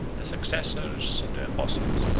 the successors of the apostles,